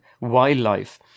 wildlife